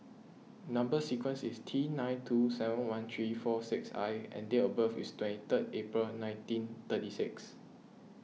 Number Sequence is T nine two seven one three four six I and date of birth is twenty three April nineteen thirty six